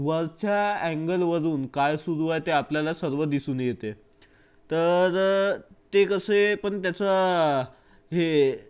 वरच्या अँगलवरून काय सुरू आहे ते आपल्याला सर्व दिसून येते तर ते कसे पण त्याचा हे